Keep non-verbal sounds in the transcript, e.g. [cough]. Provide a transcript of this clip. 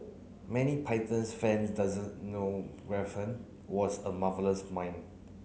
many Python fans doesn't know [unintelligible] was a marvellous mine